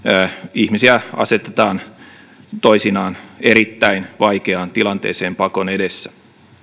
ihmisiä asetetaan toisinaan erittäin vaikeaan tilanteeseen pakon edessä